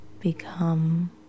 become